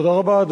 תודה רבה.